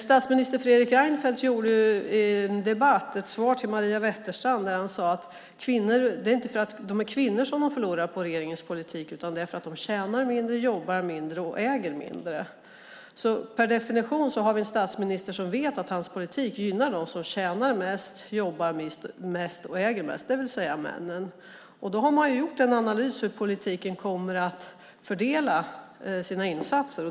Statsminister Fredrik Reinfeldt gav i en debatt svaret till Maria Wetterstrand att kvinnor inte förlorar på regeringens politik därför att de är kvinnor, utan att det är för att de tjänar mindre, jobbar mindre och äger mindre. Per definition har vi en statsminister som vet att hans politik gynnar dem som tjänar mest, jobbar mest och äger mest, det vill säga männen. Då har man gjort en analys av hur politiken kommer att fördela insatserna.